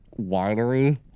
winery